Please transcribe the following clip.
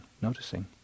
noticing